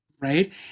right